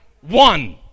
One